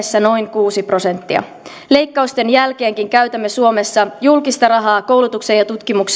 kuusi prosenttia leikkausten jälkeenkin käytämme suomessa julkista rahaa koulutukseen ja tutkimukseen kaikkiaan noin kuusitoista